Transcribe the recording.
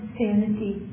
sanity